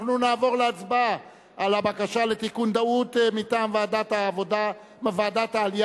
אנחנו נעבור להצבעה על הבקשה לתיקון טעות מטעם ועדת העלייה והקליטה.